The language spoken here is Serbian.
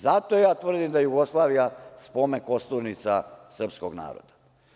Zato ja tvrdim da je Jugoslavija spomen kosturnica srpskog naroda.